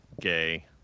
gay